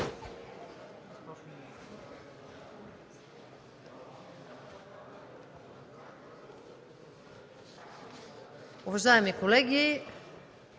уважаеми колеги!